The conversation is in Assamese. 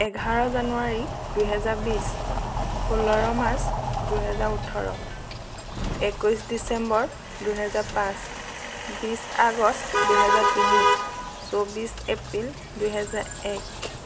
এঘাৰ জানুৱাৰী দুহেজাৰ বিছ ষোল্ল মাৰ্চ দুহেজাৰ ওঠৰ একৈছ ডিচেম্বৰ দুহেজাৰ পাঁচ বিছ আগষ্ট দুহেজাৰ তিনি চৌব্বিছ এপ্ৰিল দুহেজাৰ এক